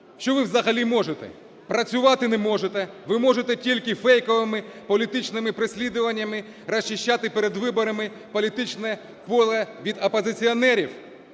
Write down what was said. Що ви взагалі можете? Працювати не можете. Ви тільки можете фейковими політичними переслідуваннями розчищати перед виборами політичне поле від опозиціонерів.